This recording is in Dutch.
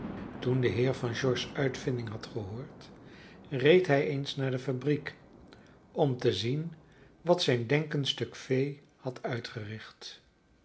toen de heer van george's uitvinding had gehoord reed hij eens naar de fabriek om te zien wat zijn denkend stuk vee had uitgericht